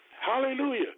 Hallelujah